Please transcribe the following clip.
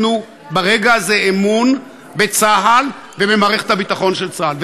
תנו ברגע הזה אמון בצה"ל ובמערכת הביטחון של צה"ל.